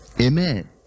Amen